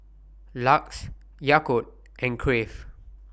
LUX Yakult and Crave